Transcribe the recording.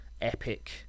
epic